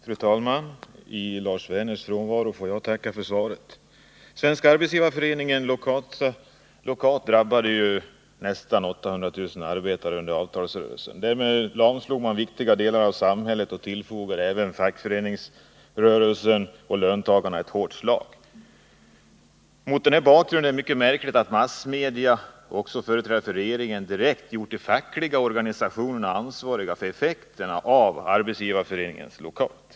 Fru talman! I Lars Werners frånvaro är det jag som får tacka för svaret. rörelsen. Därmed lamslogs viktiga delar av samhället och tillfogades även fackföreningsrörelsen och löntagarna ett hårt slag. Mot den bakgrunden är det mycket n kligt att massmedia liksom också företrädare för regeringen direkt gjort de fackliga organisationerna ansvariga för effekterna av Arbetsgivareföreningens lockout.